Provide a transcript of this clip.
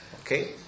Okay